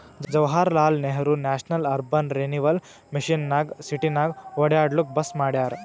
Jawaharlal Nehru national urban renewal mission ನಾಗ್ ಸಿಟಿನಾಗ್ ಒಡ್ಯಾಡ್ಲೂಕ್ ಬಸ್ ಮಾಡ್ಯಾರ್